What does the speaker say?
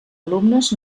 alumnes